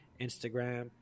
Instagram